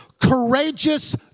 courageous